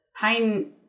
pain